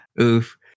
Oof